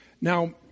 Now